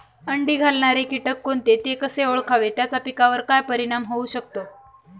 अंडी घालणारे किटक कोणते, ते कसे ओळखावे त्याचा पिकावर काय परिणाम होऊ शकतो?